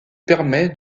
permet